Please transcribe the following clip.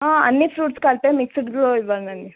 అన్ని ఫ్రూట్స్ కలిపే మిక్స్డ్లో ఇవ్వండండి